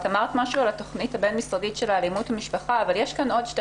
אמרת משהו על התכנית הבין משרדי של האלימות במשפחה אבל יש כאן עוד שתי